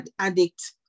addict